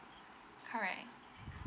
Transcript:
correct